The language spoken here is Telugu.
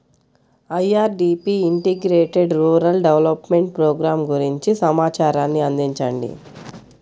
IRDP integrated rural development programme గురించి సమాచారాన్ని అందించండి?